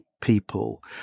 people